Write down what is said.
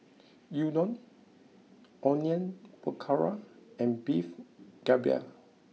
Udon Onion Pakora and Beef Galbi